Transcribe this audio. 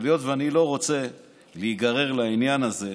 אבל היות שאני לא רוצה להיגרר לעניין הזה,